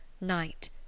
night